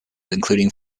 including